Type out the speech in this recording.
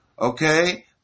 okay